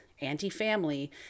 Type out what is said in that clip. anti-family